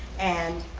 and